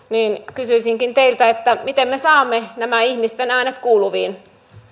kysyisinkin teiltä miten me saamme nämä ihmisten äänet kuuluviin